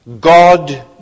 God